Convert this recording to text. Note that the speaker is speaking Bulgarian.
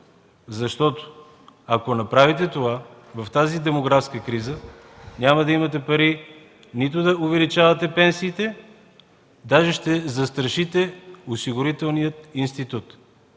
това. Ако направите това в тази демографска криза, няма да имате пари нито да увеличавате пенсиите, даже ще застрашите Осигурителния институт.